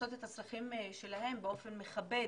לעשות את הצרכים שלהם באופן מכבד.